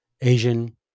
Asian